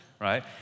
right